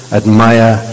admire